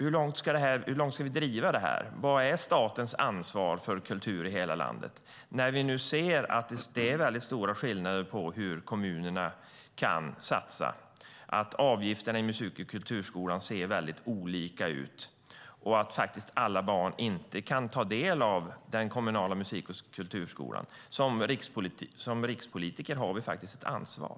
Hur långt ska vi driva detta? Vad är statens ansvar för kultur i hela landet? Vi ser stora skillnader på hur kommunerna kan satsa, och avgifterna till musik och kulturskolan ser olika ut. Alla barn kan inte ta del av den kommunala musik och kulturskolan. Som rikspolitiker har vi ett ansvar.